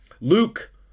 Luke